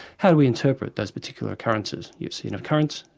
how we interpret those particular occurrences. we've seen occurrence,